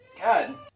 God